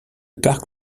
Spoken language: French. parc